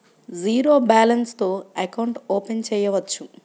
Zero balance తో account open చేయవచ్చు?